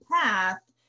path